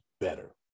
better